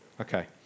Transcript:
Okay